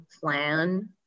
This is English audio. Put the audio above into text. plan